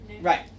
Right